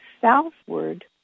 southward